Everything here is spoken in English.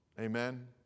Amen